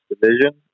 division